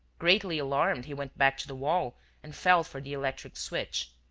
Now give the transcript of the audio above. greatly alarmed, he went back to the wall and felt for the electric switch.